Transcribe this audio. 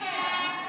התשפ"ב 2021,